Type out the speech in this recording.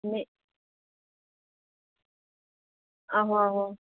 नेईं आहो आहो